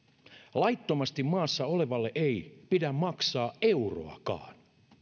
laittomasti maassa olevalle ei pidä maksaa euroakaan